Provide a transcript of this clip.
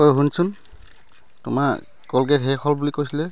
অই শুনচোন তোমাৰ কলগেট শেষ হ'ল বুলি কৈছিলে